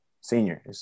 senior